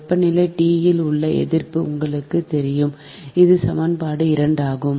வெப்பநிலை T இல் உள்ள எதிர்ப்பு உங்களுக்குத் தெரியும் இது சமன்பாடு 2 ஆகும்